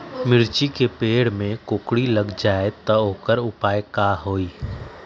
मिर्ची के पेड़ में कोकरी लग जाये त वोकर उपाय का होई?